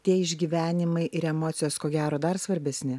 tie išgyvenimai ir emocijos ko gero dar svarbesni